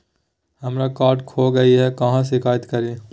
हमरा कार्ड खो गई है, कहाँ शिकायत करी?